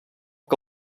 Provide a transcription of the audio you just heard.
que